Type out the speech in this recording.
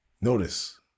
notice